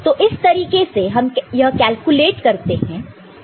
तो इस तरीके से हम यह कैलकुलेट करते हैं